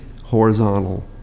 horizontal